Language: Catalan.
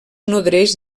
nodreix